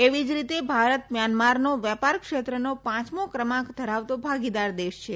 એવી જ રીતે ભારત મ્યાનમારનો વેપાર ક્ષેત્રનો પાંચમો ક્રમાક ધરાવતો ભાગીદાર દેશ છે